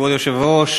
כבוד היושב-ראש,